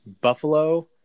Buffalo